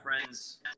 friends